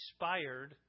inspired